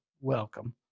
welcome